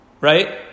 Right